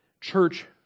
church